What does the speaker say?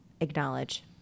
acknowledge